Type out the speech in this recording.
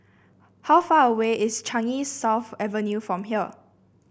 how far away is Changi South Avenue from here